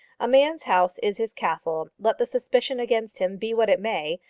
a man's house is his castle, let the suspicion against him be what it may,